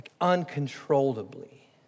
uncontrollably